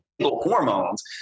hormones